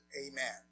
Amen